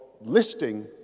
listing